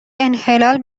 انحلال